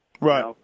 Right